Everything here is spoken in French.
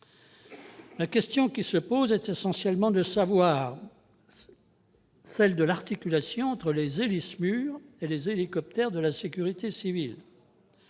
La question qui se pose est donc essentiellement celle de l'articulation entre les Héli-SMUR et les hélicoptères de la sécurité civile.